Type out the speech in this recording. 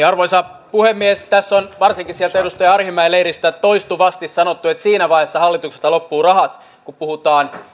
arvoisa puhemies tässä on varsinkin sieltä edustaja arhinmäen leiristä toistuvasti sanottu että siinä vaiheessa hallitukselta loppuvat rahat kun puhutaan